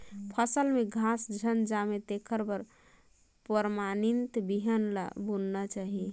फसल में घास झन जामे तेखर बर परमानित बिहन ल बुनना चाही